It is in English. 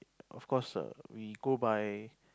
of course err we go by